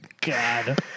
God